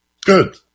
Good